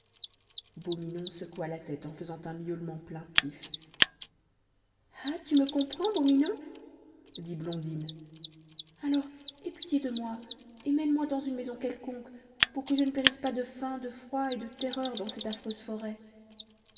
beau minon secoua la tête en faisant un miaulement plaintif ah tu me comprends beau minon dit blondine alors aie pitié de moi et mène-moi dans une maison quelconque pour que je ne périsse pas de faim de froid et de terreur dans cette affreuse forêt